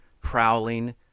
prowling